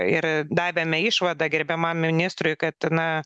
ir davėme išvadą gerbiamam ministrui kad na